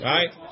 Right